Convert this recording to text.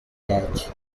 badge